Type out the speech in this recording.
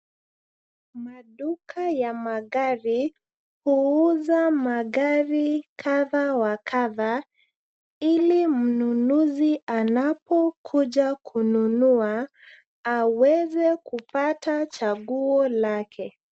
Maduka ya magari huuza magari kadha wa kadha ili mnunuzi anapokuja kununua aweze kupata chaguo lake.